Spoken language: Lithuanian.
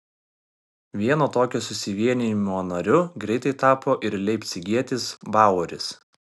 vieno tokio susivienijimo nariu greitai tapo ir leipcigietis baueris